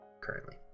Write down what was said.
currently